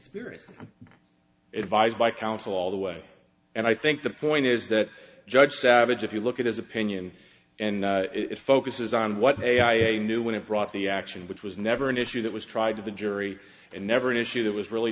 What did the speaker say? spirit advised by counsel all the way and i think the point is that judge savage if you look at his opinion and it focuses on what a i a knew when it brought the action which was never an issue that was tried to the jury and never an issue that was really